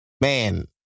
Man